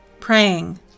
praying